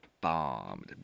bombed